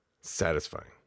satisfying